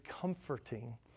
comforting